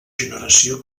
generació